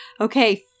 Okay